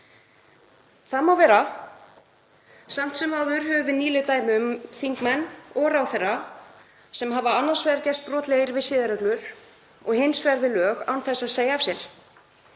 Það má vera, en samt sem áður höfum við nýleg dæmi um þingmenn og ráðherra sem hafa annars vegar gerst brotlegir við siðareglur og hins vegar við lög án þess að segja af sér